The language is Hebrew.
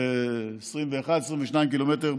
זה 21 22 קילומטר,